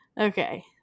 Okay